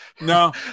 no